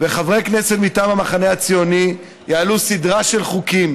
וחברי כנסת מטעם המחנה הציוני יעלו סדרה של חוקים